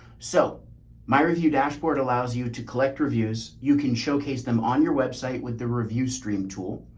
so my review dashboard allows you to collect reviews. you can showcase them on your website with the review stream tool.